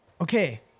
okay